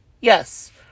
Yes